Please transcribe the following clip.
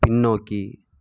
பின்னோக்கி